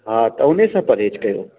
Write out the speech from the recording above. हा त हुन सां परहेज कयो